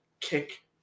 kick